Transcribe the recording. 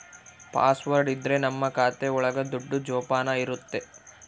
password ಇದ್ರೆ ನಮ್ ಖಾತೆ ಒಳಗ ದುಡ್ಡು ಜೋಪಾನ ಇರುತ್ತೆ